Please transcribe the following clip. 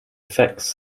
effects